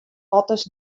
otters